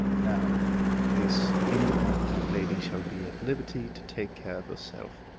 now this independent young lady shall be at liberty to take care of herself,